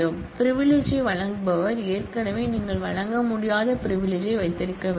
பிரிவிலிஜ்யை வழங்குபவர் ஏற்கனவே நீங்கள் வழங்க முடியாத பிரிவிலிஜ்யை வைத்திருக்க வேண்டும்